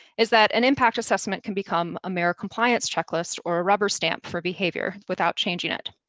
is that an impact assessment can become a mere compliance checklist or a rubber stamp for behavior without changing it.